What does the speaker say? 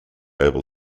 able